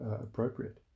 appropriate